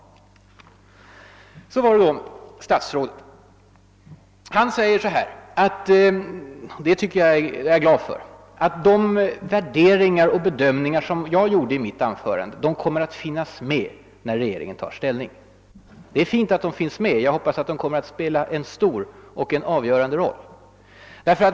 Jag övergår till statsrådet. Han uttalar — och det är jag glad för — att de värderingar och bedömningar som jag gjorde i mitt anförande kommer att finnas med när regeringen tar ställning. Det är bra att de kommer att finnas med. Jag hoppas att de kommer att spela en stor och avgörande roll.